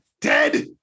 dead